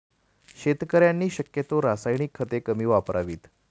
शेतकऱ्यांनी शक्यतो रासायनिक खते कमी वापरावीत